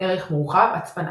ערך מורחב – הצפנה